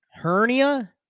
Hernia